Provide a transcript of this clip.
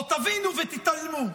או שתבינו ותתעלמו.